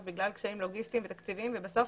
בגלל קשיים לוגיסטיים ותקציבים ובסוף